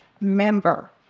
member